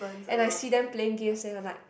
and I see them playing game and I like